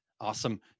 awesome